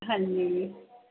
ਹਾਂਜੀ